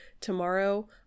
tomorrow